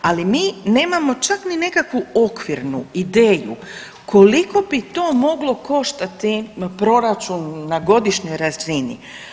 Ali mi nemamo čak ni nekakvu okvirnu ideju koliko bi to moglo koštati proračun na godišnjoj razini.